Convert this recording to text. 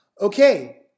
Okay